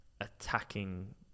attacking